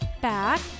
back